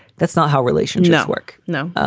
that's not how relation's network. no.